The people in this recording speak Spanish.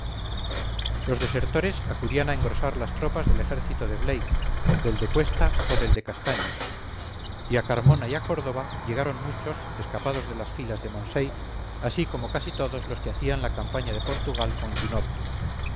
los desertores acudían a engrosar las tropas del ejército de blake del de cuesta o del de castaños y a carmona y a córdoba llegaron muchos escapados de las filas de moncey así como casi todos los que hacían la campaña de portugal con